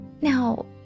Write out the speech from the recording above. now